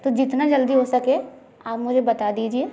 तो जितना जल्दी हो सके आप मुझे बता दीजिए